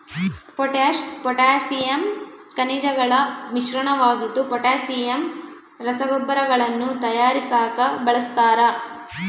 potash potassium ಖನಿಜಗಳ ಮಿಶ್ರಣವಾಗಿದ್ದು potassium ರಸಗೊಬ್ಬರಗಳನ್ನು ತಯಾರಿಸಾಕ ಬಳಸ್ತಾರ